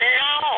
no